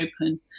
open